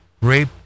Rape